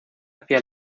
hacia